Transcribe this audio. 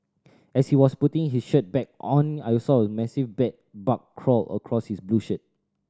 as he was putting his shirt back on I saw a massive bed bug crawl across his blue shirt